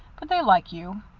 but they like you.